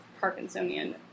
Parkinsonian